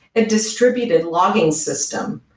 a distributed logging system,